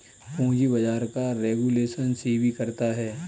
पूंजी बाजार का रेगुलेशन सेबी करता है